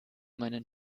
meinen